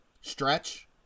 stretch